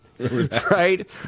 Right